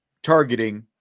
targeting